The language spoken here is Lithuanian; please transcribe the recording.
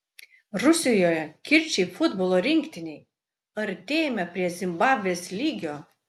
rusijoje kirčiai futbolo rinktinei artėjame prie zimbabvės lygio